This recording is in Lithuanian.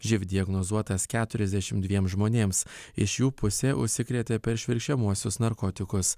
živ diagnozuotas keturiasdešim dviem žmonėms iš jų pusė užsikrėtė per švirkščiamuosius narkotikus